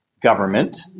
government